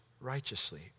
righteously